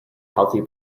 healthy